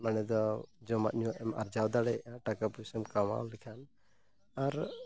ᱢᱟᱱᱮ ᱫᱚ ᱡᱚᱢᱟᱜᱼᱧᱩᱣᱟᱜᱮᱢ ᱟᱨᱡᱟᱣ ᱫᱟᱲᱮᱭᱟᱜᱼᱟ ᱴᱟᱠᱟᱼᱯᱩᱭᱥᱟᱢ ᱠᱟᱢᱟᱣ ᱞᱮᱠᱷᱟᱱ ᱟᱨ